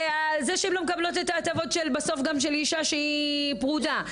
עם זה שהן לא מקבלות את ההטבות של אישה שהיא פרודה,